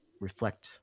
reflect